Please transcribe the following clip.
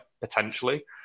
potentially